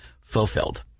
fulfilled